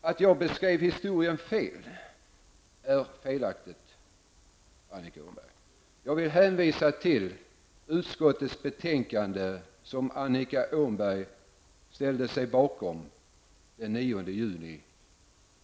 Det är fel att säga att jag gjorde en felaktig historiebeskrivning, Annika Åhnberg. Jag vill hänvisa till det utskottsbetänkande som Annika Åhnberg ställde sig bakom den 9 juni.